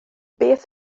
beth